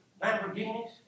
Lamborghinis